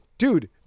Dude